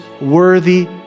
worthy